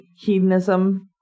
hedonism